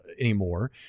anymore